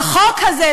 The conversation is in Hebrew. בחוק הזה,